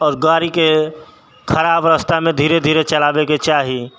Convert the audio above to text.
आओर गाड़ीके खराब रास्तामे धीरे धीरेके चलाबैके चाही